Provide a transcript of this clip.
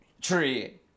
tree